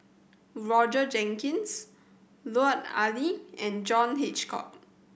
Roger Jenkins Lut Ali and John Hitchcock